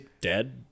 dead